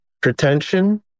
pretension